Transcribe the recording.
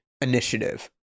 initiative